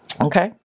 Okay